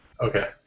Okay